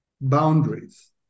boundaries